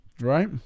Right